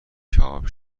کباب